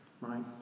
right